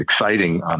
exciting